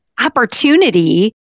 opportunity